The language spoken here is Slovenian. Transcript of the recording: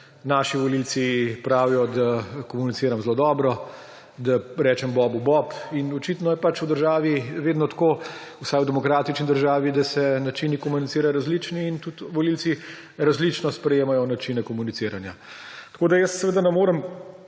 Naši volivci pravijo, da komuniciram zelo dobro, da rečem bobu bob; in očitno je pač v državi vedno tako, vsaj v demokratični državi, da so načini komuniciranja različni in tudi volivci različno sprejemamo načine komuniciranja. Jaz seveda ne morem